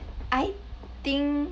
I think